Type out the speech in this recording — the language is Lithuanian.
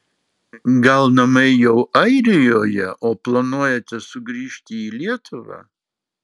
gal namai jau airijoje o planuojate sugrįžti į lietuvą